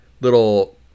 little